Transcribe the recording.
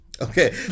Okay